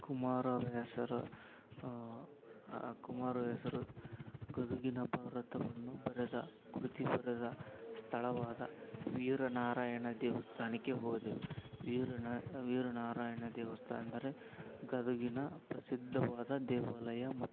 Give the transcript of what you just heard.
ಕುಮಾರವ್ಯಾಸರ ರಾ ಆ ಕುಮಾರವ್ಯಾಸರು ಗದಗಿನ ಭಾರತವನ್ನು ಬರೆದ ಕೃತಿ ಬರೆದ ಸ್ಥಳವಾದ ವೀರನಾರಾಯಣ ದೇವಸ್ಥಾನಕ್ಕೆ ಹೋದೆವು ವೀರನ ವೀರನಾರಾಯಣ ದೇವಸ್ಥಾನ್ದರ ಗದಗಿನ ಪ್ರಸಿದ್ಧವಾದ ದೇವಾಲಯ ಮತ್ತು